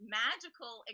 magical